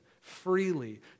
freely